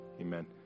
Amen